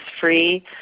free